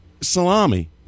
salami